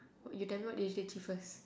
o~ you tell me what irritates you first